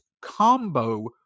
combo